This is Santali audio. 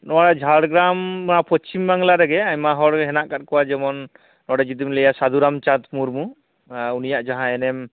ᱱᱚᱣᱟ ᱡᱷᱟᱲᱜᱨᱟᱢ ᱱᱚᱣᱟ ᱯᱚᱪᱷᱤᱢ ᱵᱟᱝᱞᱟ ᱨᱮᱜᱮ ᱟᱭᱢᱟ ᱦᱚᱲ ᱦᱮᱱᱟᱜ ᱟᱠᱟᱫ ᱠᱚᱣᱟ ᱡᱮᱢᱚᱱ ᱱᱚᱰᱮ ᱡᱩᱫᱤᱢ ᱞᱟᱹᱭᱟ ᱥᱟᱫᱷᱩ ᱨᱟᱢ ᱪᱟᱸᱫᱽ ᱢᱩᱨᱢᱩ ᱩᱱᱤᱭᱟᱜ ᱡᱟᱦᱟᱸ ᱮᱱᱮᱢ